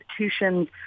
institutions